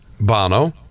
Bono